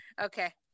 Okay